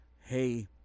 Hey